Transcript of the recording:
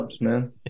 man